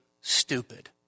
stupid